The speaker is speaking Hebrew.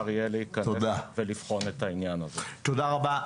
תודה רבה.